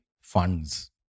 funds